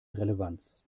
relevanz